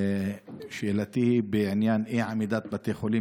שאלתי היא בעניין אי-עמידת בתי חולים